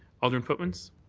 alderman pootmans.